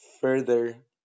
further